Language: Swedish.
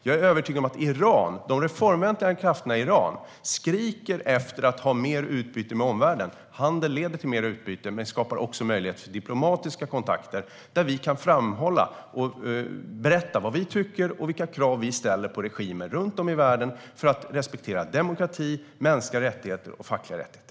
Jag är övertygad om de reformvänliga krafterna i Iran skriker efter att ha mer utbyte med omvärlden. Handel leder till mer utbyte men skapar också möjlighet för diplomatiska kontakter där vi kan berätta vad vi tycker och tala om vilka krav vi ställer på regimer runt om i världen för att respektera demokrati, mänskliga rättigheter och fackliga rättigheter.